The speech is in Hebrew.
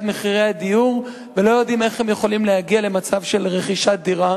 מחירי הדיור ולא יודעים איך הם יכולים להגיע למצב של רכישת דירה,